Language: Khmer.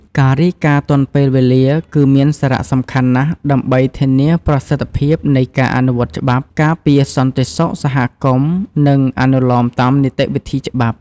ការរាយការណ៍ទាន់ពេលវេលា គឺមានសារៈសំខាន់ណាស់ដើម្បី ធានាប្រសិទ្ធភាពនៃការអនុវត្តច្បាប់ ការពារសន្តិសុខសហគមន៍ និងអនុលោមតាមនីតិវិធីច្បាប់។